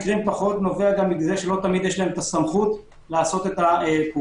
זה נובע גם מזה שלא תמיד יש להם הסמכות לעשות את הפעולה.